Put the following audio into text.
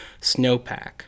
snowpack